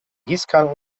gießkanne